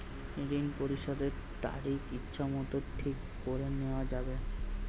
ঋণ পরিশোধের তারিখ ইচ্ছামত ঠিক করে নেওয়া যাবে?